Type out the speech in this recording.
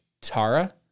Tara